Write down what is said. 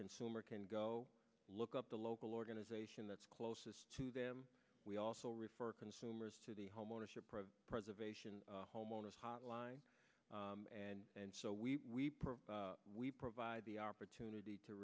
consumers can go look up the local organization that's closest to them we also refer consumers to the homeownership preservation homeowners hotline and and so we we provide the opportunity to